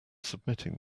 submitting